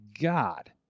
God